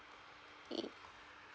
ye~